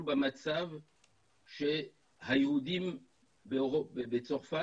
שעכשיו אנחנו במצב שהיהודים בצרפת